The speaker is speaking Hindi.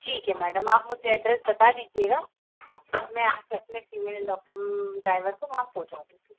ठीक है मैडम आप मुझे ऐड्रेस बता दीजिएगा मैं आपके अपने फ़ीमेल ड्राइवर को वहाँ पहँचा दूँगी